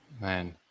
man